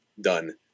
done